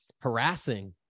harassing